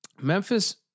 Memphis